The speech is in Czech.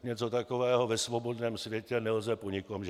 Něco takového ve svobodném světě nelze po nikom žádat.